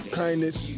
kindness